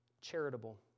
charitable